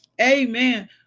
amen